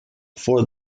for